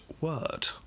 word